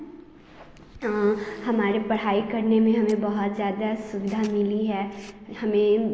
हमारे पढ़ाई करने में हमें बहुत ज़्यादा सुविधा मिली है हमें